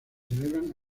celebran